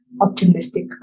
optimistic